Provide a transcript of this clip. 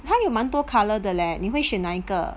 还有蛮多 colour the leh 你会选哪个